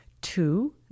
two